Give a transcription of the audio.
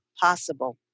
possible